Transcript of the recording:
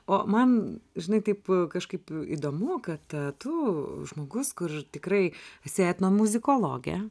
o man žinai taip kažkaip įdomu kad tu žmogus kur tikrai esi etnomuzikologė